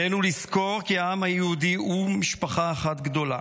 עלינו לזכור כי העם היהודי הוא משפחה אחת גדולה.